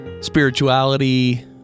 spirituality